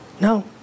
No